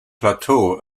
plateau